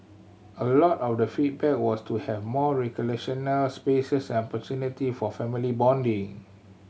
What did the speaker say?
a lot of the feedback was to have more recreational spaces and opportunity for family bonding